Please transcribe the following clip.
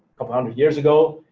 of hundred years ago.